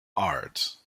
ards